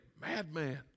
madman